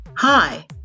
Hi